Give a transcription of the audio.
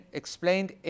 explained